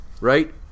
right